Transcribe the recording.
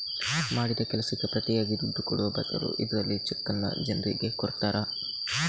ಮಾಡಿದ ಕೆಲಸಕ್ಕೆ ಪ್ರತಿಯಾಗಿ ದುಡ್ಡು ಕೊಡುವ ಬದಲು ಇದ್ರಲ್ಲಿ ಚೆಕ್ಕನ್ನ ಜನ್ರಿಗೆ ಕೊಡ್ತಾರೆ